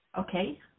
Okay